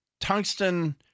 tungsten